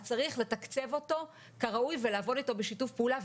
אז צריך לתקצב אותו כראוי ולעבוד איתו בשיתוף פעולה,